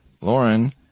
Lauren